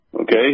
Okay